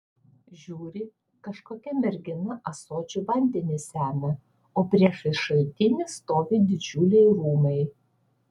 žiūri kažkokia mergina ąsočiu vandenį semia o priešais šaltinį stovi didžiuliai rūmai